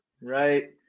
right